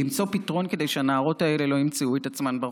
למצוא פתרון כדי שהנערות האלה לא ימצאו את עצמן ברחוב,